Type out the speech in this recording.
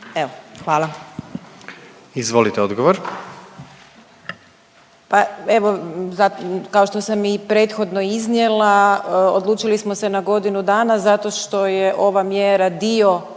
**Rogić Lugarić, Tereza** Pa evo, kao što sam i prethodno iznijela, odlučili smo se na godinu dana zato što je ova mjera dio